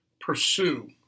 pursue